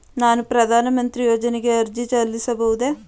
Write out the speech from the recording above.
ನಾನು ಪ್ರಧಾನ ಮಂತ್ರಿ ಯೋಜನೆಗೆ ಅರ್ಜಿ ಸಲ್ಲಿಸಬಹುದೇ?